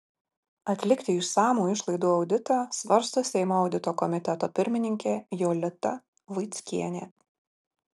atlikti išsamų išlaidų auditą svarsto seimo audito komiteto pirmininkė jolita vaickienė